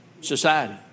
society